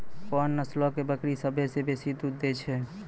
कोन नस्लो के बकरी सभ्भे से बेसी दूध दै छै?